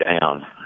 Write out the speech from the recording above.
down